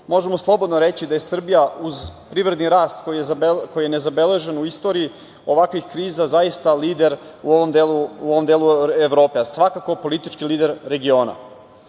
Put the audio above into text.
možemo slobodno reći da je Srbija uz privredni rast koji je nezabeležen u istoriji ovakvih kriza zaista u ovom delu Evrope, a svakako politički lider regiona. Kao